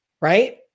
right